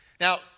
Now